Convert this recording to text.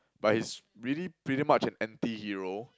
but he's really pretty much an antihero